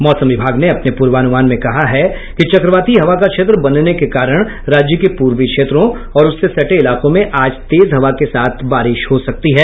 मौसम विभाग ने अपने पूर्वानुमान में कहा है कि चक्रवाती हवा का क्षेत्र बनने के कारण राज्य के पूर्वी क्षेत्रों और उससे सटे इलाकों में आज तेज हवा के साथ बारिश हो सकती है